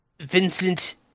Vincent